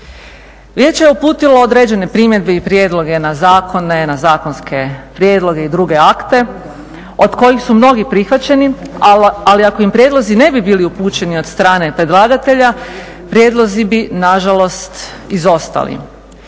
Vijeća je uputilo određene primjedbe i prijedloge na zakone, na zakonske prijedloge i druge akte od kojih su mnogi prihvaćeni ali ako im prijedlozi ne bi bili upućeni od strane predlagatelja prijedlozi bi nažalost izostali.